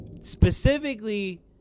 specifically